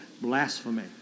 blasphemy